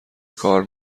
کار